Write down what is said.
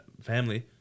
family